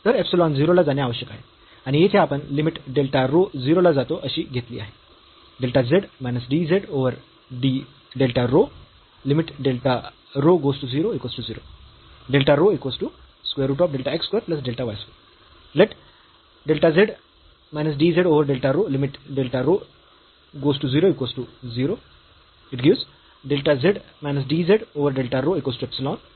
तर इप्सिलॉन 0 ला जाणे आवश्यक आहे आणि येथे आपण लिमिट डेल्टा रो 0 ला जातो अशी घेतली आहे